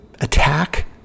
attack